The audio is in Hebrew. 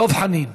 דב חנין.